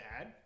add